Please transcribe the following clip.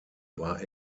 war